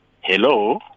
hello